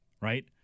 Right